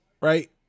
right